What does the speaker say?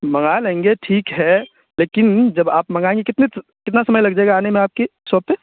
منگا لیں گے ٹھیک ہے لیکن جب آپ منگائیں گے کتنے کتنا سمے لگ جائے گا آنے میں آپ کے شاپ پہ